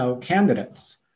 candidates